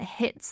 hits